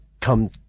come